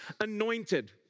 anointed